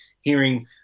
hearing